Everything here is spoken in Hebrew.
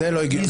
זה לא הגיוני,